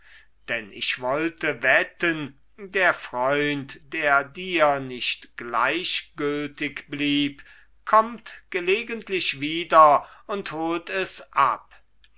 denn ich wollte wetten der freund der dir nicht gleichgültig blieb kommt gelegentlich wieder und holt es ab